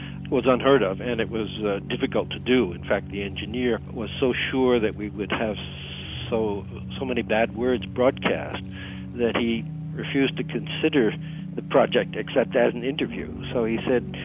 was unheard of. and it was difficult to do. in fact, the engineer was so sure that we would have so so many bad words broadcasted that he refused to consider the project except as an interview. so he said,